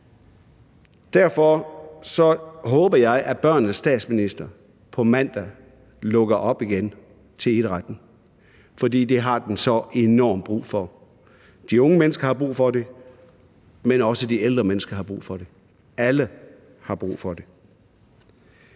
derfor håber jeg, at børnenes statsminister på mandag lukker op igen for idrætten, for det har den så enormt brug for. De unge mennesker har brug for det, men også de ældre mennesker har brug for det. Alle har brug for det.